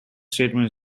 statement